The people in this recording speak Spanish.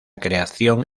creación